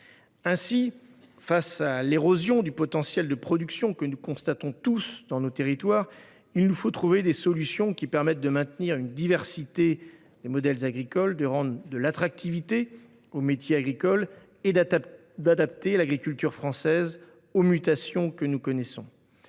Face à l’érosion du potentiel de production que nous constatons tous dans nos territoires, il nous faut trouver des solutions qui permettent de maintenir une diversité des modèles agricoles, de rendre de l’attractivité aux métiers agricoles et d’adapter l’agriculture française aux mutations que nous connaissons.